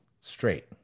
straight